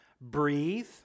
breathe